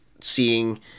seeing